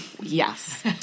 yes